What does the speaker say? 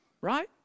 Right